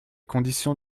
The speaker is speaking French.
conditions